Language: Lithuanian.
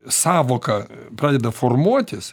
sąvoka pradeda formuotis